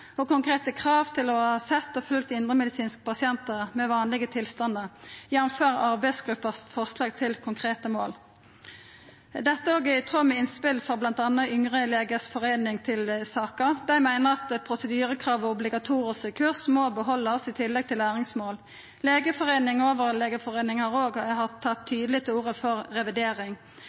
og konkrete krav til å ha sett og følgd indremedisinske pasientar med vanlege tilstandar, jf. arbeidsgruppas forslag til konkrete mål. Dette er òg i tråd med innspel frå bl.a. Yngre legers forening til saka. Dei meiner at prosedyrekrav og obligatoriske kurs må behaldast i tillegg til læringsmål. Legeforeningen og Overlegeforeningen har òg tatt tydeleg til orde for revidering.